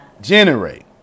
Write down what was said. generate